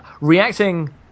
reacting